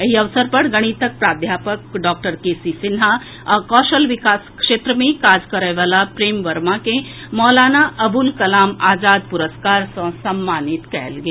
एहि अवसर पर गणितक प्राध्यापक डॉक्टर के सी सिन्हा आ कौशल विकासक क्षेत्र मे काज करय वला प्रेम वर्मा के मौलाना अबुल कलाम आजाद पुरस्कार सँ सम्मानित कयल गेल